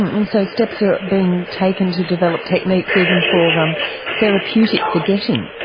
and so steps are being taken to develop techniques even for um therapeutic forgetting,